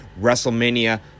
wrestlemania